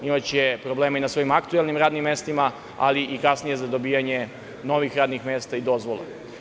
Imaće probleme i na svojim aktuelnim radnim mestima, ali i kasnije za dobijanje novih radnih mesta i dozvola.